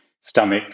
stomach